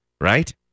right